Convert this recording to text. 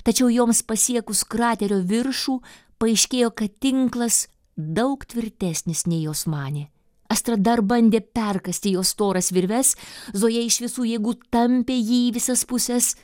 tačiau joms pasiekus kraterio viršų paaiškėjo kad tinklas daug tvirtesnis nei jos manė astra dar bandė perkąsti jo storas virves zoja iš visų jėgų tampė jį į visas puses